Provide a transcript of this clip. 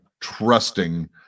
trusting